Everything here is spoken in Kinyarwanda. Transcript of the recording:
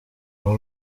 uwo